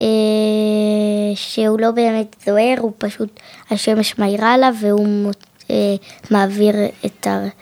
‫שהוא לא באמת זוהר, הוא פשוט... ‫השמש מאירה עליו והוא מעביר את ה...